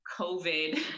COVID